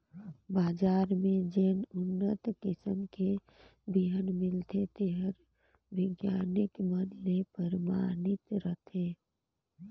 बजार में जेन उन्नत किसम के बिहन मिलथे तेहर बिग्यानिक मन ले परमानित रथे